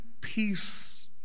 peace